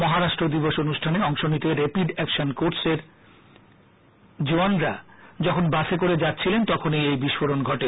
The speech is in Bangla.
মহারাষ্ট্র দিবস অনুষ্ঠানে অংশ নিতে রেপিড একশান কোর্সের জওয়ানরা যখন বাসে করে যাচ্ছিলেন তখনই এই বিস্ফোরণ ঘটে